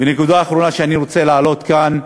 ונקודה אחרונה שאני רוצה להעלות כאן,